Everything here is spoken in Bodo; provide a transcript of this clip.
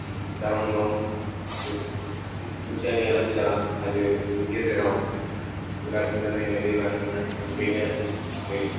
दालां दं खुन्थिया गैया लासे दालां हाजो गेजेराव बेराद मोजानो दै बाज्रुमब दुगैनो दै